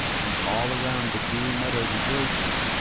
and all around the dewy meadow rejoices,